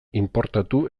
inportatu